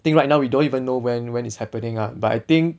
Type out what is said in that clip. think right now we don't even know when when is happening ah but I think